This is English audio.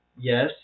Yes